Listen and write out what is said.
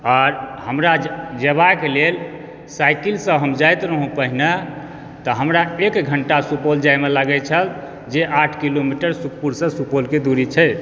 आर हमरा जेबाके लेल साइकिल सँ हम जाइत रहूँ पहिने तऽ हमरा एक घण्टा सुपौल जाइमे लागै छल जे आठ किलोमीटर सुखपुरसँ सुपौल के दुरी छै